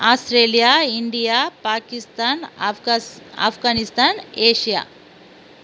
Australia India Pakistan ஆஃப்காஸ் Afghanistan Asia